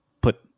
put